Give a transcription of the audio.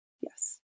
Yes